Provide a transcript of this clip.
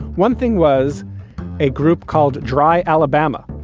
one thing was a group called dri, alabama,